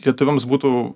lietuviams būtų